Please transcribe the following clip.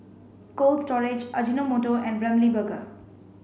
Cold Storage Ajinomoto and Ramly Burger